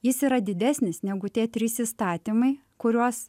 jis yra didesnis negu tie trys įstatymai kuriuos